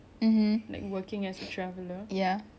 how risky not how cool how risky